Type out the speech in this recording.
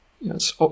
Yes